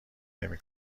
نمی